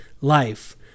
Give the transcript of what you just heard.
life